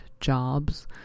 jobs